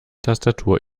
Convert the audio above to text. tastatur